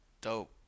Dope